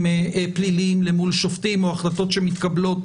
פליליים למול שופטים או החלטות שמתקבלות.